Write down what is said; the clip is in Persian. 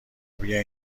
بیا